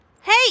Hey